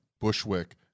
Bushwick